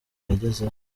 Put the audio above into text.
yagezeho